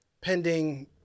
pending